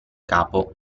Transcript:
capo